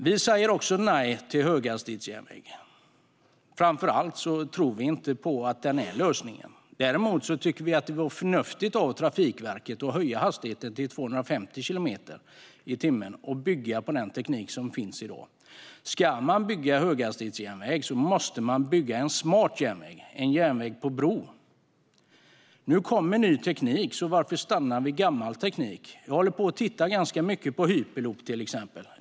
Vi säger också nej till höghastighetsjärnväg. Framför allt tror vi inte på att den är lösningen. Däremot tycker vi att det vore förnuftigt av Trafikverket att höja hastigheten till 250 kilometer i timmen och bygga på den teknik som finns i dag. Ska man bygga höghastighetsjärnväg måste man bygga en smart järnväg, en järnväg på bro. Nu kommer ny teknik, så varför stanna vid gammal teknik? Jag tittar ganska mycket på hyperloop, till exempel.